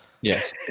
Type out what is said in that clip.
yes